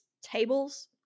Tables